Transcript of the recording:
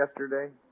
yesterday